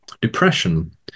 depression